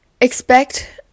expect